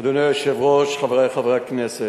אדוני היושב-ראש, חברי חברי הכנסת,